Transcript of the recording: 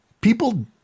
people